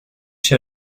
się